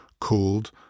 called